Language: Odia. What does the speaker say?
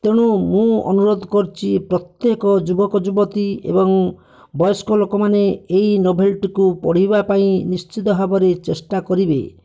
ତେଣୁ ମୁଁ ଅନୁରୋଧ କରୁଛି ପ୍ରତ୍ୟେକ ଯୁବକ ଯୁବତୀ ଏବଂ ବୟସ୍କ ଲୋକମାନେ ଏହି ନୋଭେଲଟିକୁ ପଡ଼ିବାପାଇଁ ନିଶ୍ଚିତ ଭାବରେ ଚେଷ୍ଟା କରିବେ